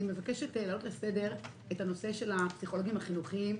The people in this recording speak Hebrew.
אני מבקשת להעלות לסדר את נושא הפסיכולוגים החינוכיים.